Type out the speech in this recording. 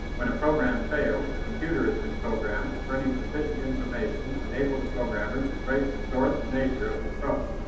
when a program fails, the computer has been programmed to furnish sufficient information to enable the programmer to trace the source and nature of his trouble.